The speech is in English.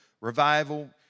revival